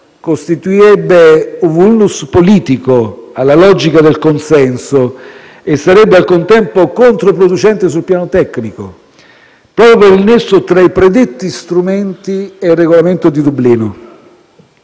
costituirebbe un *vulnus* politico alla logica del consenso e sarebbe, al contempo, controproducente sul piano tecnico, proprio per il nesso tra i predetti strumenti e il Regolamento di Dublino.